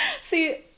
See